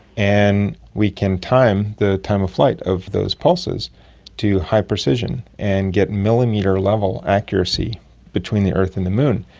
and we can time the time of flight of those pulses to high precision and get millimetre-level accuracy between the earth and the moon.